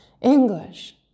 English